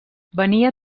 venia